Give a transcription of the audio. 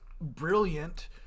brilliant